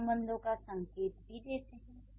ये संबंधों का संकेत भी देते हैं